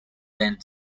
then